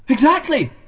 exactly!